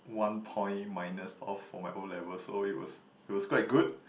one point minus off from my O-level so it was it was quite good